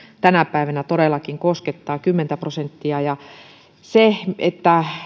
tänä päivänä todellakin koskettaa kymmentä prosenttia se että